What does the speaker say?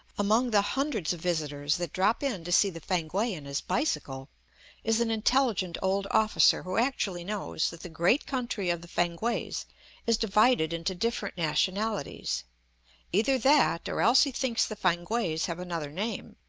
among the hundreds of visitors that drop in to see the fankwae and his bicycle is an intelligent old officer who actually knows that the great country of the fankwaes is divided into different nationalities either that, or else he thinks the fankwaes have another name,